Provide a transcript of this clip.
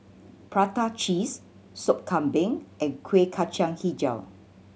prata cheese Sop Kambing and Kueh Kacang Hijau